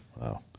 wow